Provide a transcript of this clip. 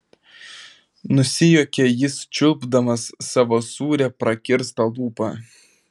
nusijuokė jis čiulpdamas savo sūrią prakirstą lūpą